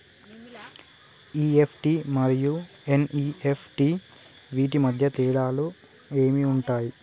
EFT మరియు NEFT వీటి మధ్య తేడాలు ఏమి ఉంటాయి?